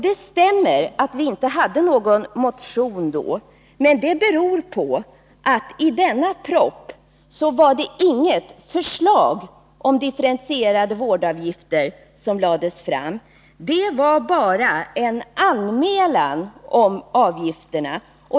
Det stämmer att vi inte väckte någon motion då. Men det beror på att det i denna proposition inte lades fram något förslag om differentierade vårdavgifter. I propositionen gjordes bara en anmälan om dem.